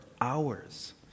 hours